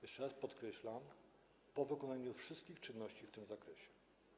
Jeszcze raz podkreślam: po wykonaniu wszystkich czynności w tym zakresie.